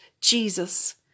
Jesus